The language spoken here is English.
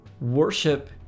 worship